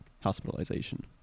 hospitalization